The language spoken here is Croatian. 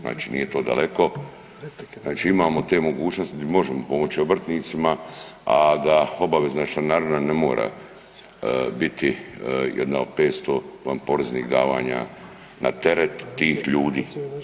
Znači nije to daleko, znači imamo te mogućnosti di možemo pomoći obrtnicima, a da obavezna članarina ne mora biti jedna od 500 vanporeznih davanja na teret tih ljudi.